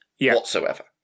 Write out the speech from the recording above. whatsoever